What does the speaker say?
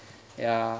ya